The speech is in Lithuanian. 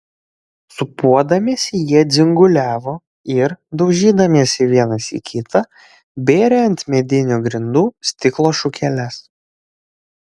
sūpuodamiesi jie dzinguliavo ir daužydamiesi vienas į kitą bėrė ant medinių grindų stiklo šukeles